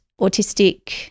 autistic